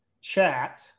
chat